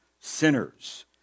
sinners